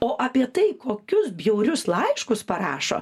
o apie tai kokius bjaurius laiškus parašo